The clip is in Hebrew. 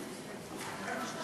אגב, ממושבך,